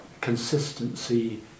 consistency